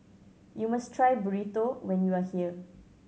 you must try Burrito when you are here